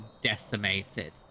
decimated